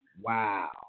wow